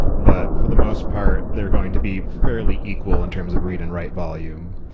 but for the most part, they're going to be fairly equal in terms of read and write volume.